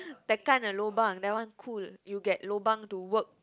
that kind of lobang that one cool you get lobang to work